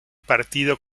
partido